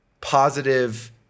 positive